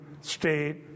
state